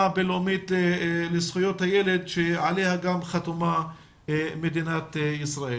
הבין-לאומית לזכויות הילד שעליה גם חתומה מדינת ישראל,